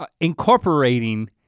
incorporating